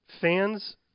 Fans